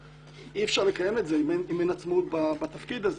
ואי-אפשר לקיים את זה אם אין עצמאות בתפקיד הזה.